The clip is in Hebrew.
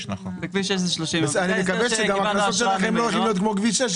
נקווה שזה לא הולך להיות כמו בכביש 6,